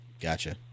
gotcha